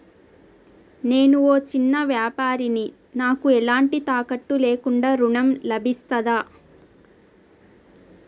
నేను ఒక చిన్న వ్యాపారిని నాకు ఎలాంటి తాకట్టు లేకుండా ఋణం లభిస్తదా?